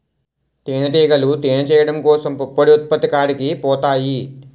తేనిటీగలు తేనె చేయడం కోసం పుప్పొడి ఉత్పత్తి కాడికి పోతాయి